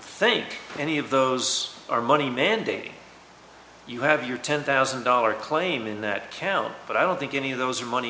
think any of those are money mandating you have your ten thousand dollar claim in that county but i don't think any of those are money